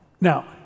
Now